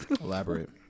Elaborate